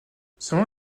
selon